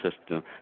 system